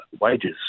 wages